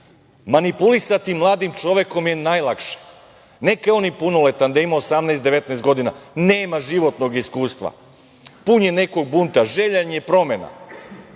idu. Manipulisati mladim čovekom je najlakše. Neka je on i punoletan, da ima 18, 19 godina, nema životnog iskustva. Pun je nekog bunta, željan je promena